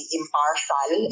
impartial